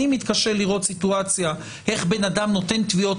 אני מתקשה לראות סיטואציה איך בן אדם נותן טביעות